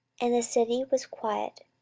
and the city was quiet,